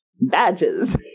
badges